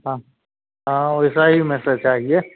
हाँ हाँ वैसा ही में से चाहिए